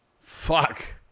Fuck